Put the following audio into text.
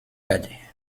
calle